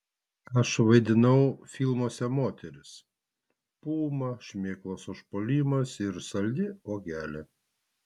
aš vaidinau filmuose moteris puma šmėklos užpuolimas ir saldi uogelė